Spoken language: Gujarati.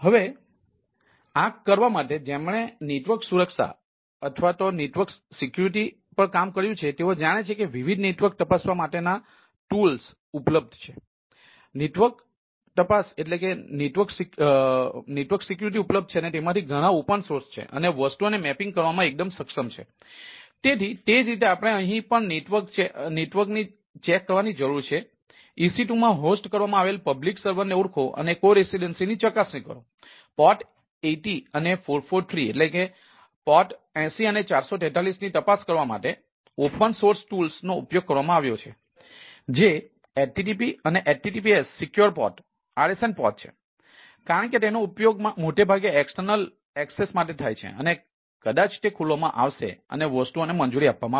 તેથી આ કરવા માટે જેમણે નેટવર્ક સુરક્ષા અથવા નેટવર્કિંગ માટે થાય છે અને કદાચ તે ખોલવામાં આવશે અને વસ્તુઓને મંજૂરી આપવામાં આવશે